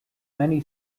many